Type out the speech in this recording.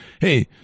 hey